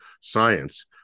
science